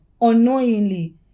unknowingly